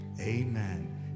amen